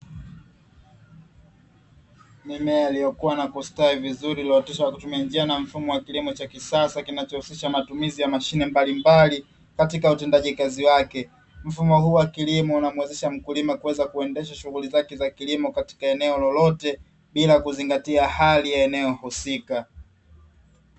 Mimea iliyokua na kustawi vizuri uliyooteshwa na kutumia njia na mfumo wa kilimo cha kisasa, kinachohusisha matumizi ya mashine mbalimbali katika utendaji kazi wake. Mfumo huu wa kilimo unamuwezesha mkulima kuweza kuendesha shughuli zake za kilimo katika eneo lolote, bila kuzingatia hali ya eneo husika.